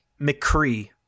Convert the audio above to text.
McCree